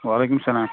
وعلیکم السلام